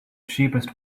cheapest